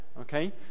okay